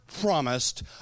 promised